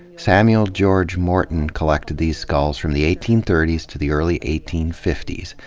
samuel george morton collected these skulls from the eighteen thirty s to the early eighteen fifty s.